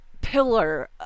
pillar